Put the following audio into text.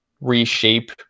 reshape